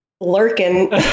lurking